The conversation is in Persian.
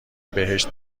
بهشت